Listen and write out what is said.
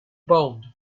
bound